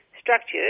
structured